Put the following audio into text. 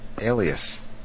Alias